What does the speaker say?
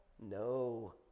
No